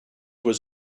was